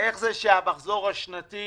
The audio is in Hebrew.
איך זה שהמחזור השנתי